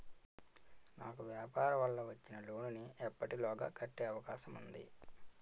నాకు వ్యాపార వల్ల వచ్చిన లోన్ నీ ఎప్పటిలోగా కట్టే అవకాశం ఉంది?